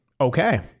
okay